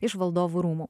iš valdovų rūmų